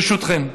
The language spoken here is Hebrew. ברשותכם.